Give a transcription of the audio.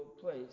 place